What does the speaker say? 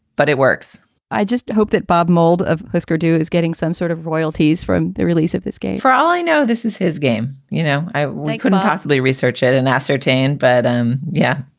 but it works i just hope that bob mould of husker du is getting some sort of royalties from the release of this game. for all i know, this is his game you know, know, i like couldn't possibly research it and ascertain, but um. yeah,